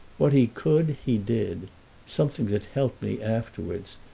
what he could he did something that helped me afterwards,